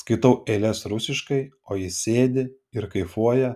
skaitau eiles rusiškai o jis sėdi ir kaifuoja